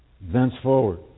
thenceforward